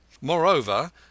Moreover